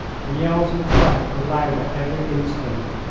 the yells of triumph were louder every instant.